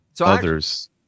others